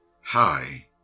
Hi